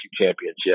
championship